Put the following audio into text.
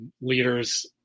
leaders